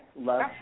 love